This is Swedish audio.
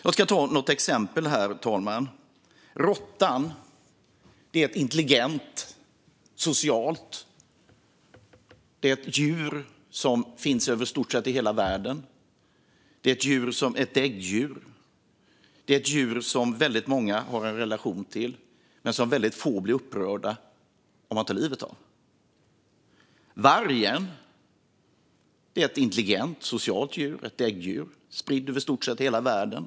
Jag ska ta ett exempel: Råttan är ett intelligent och socialt däggdjur som finns i stort sett över hela världen. Den är ett djur som väldigt många har en relation till, men väldigt få blir upprörda om man tar livet av en råtta. Vargen är ett intelligent och socialt däggdjur som är spritt över i stort sett hela världen.